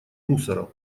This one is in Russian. мусора